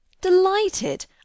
Delighted